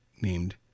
named